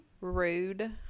Rude